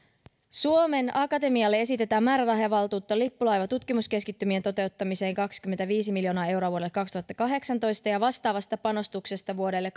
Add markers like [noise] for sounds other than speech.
suomen akatemialle esitetään määrärahavaltuutta lippulaivatutkimuskeskittymien toteuttamiseen kaksikymmentäviisi miljoonaa euroa vuodelle kaksituhattakahdeksantoista ja vastaavasta panostuksesta vuodelle [unintelligible]